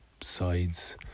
sides